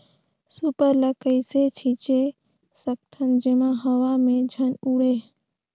Super ल कइसे छीचे सकथन जेमा हवा मे झन उड़े?